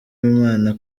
w’imana